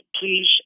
please